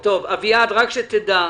אין דבר כזה קיצוץ.